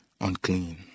unclean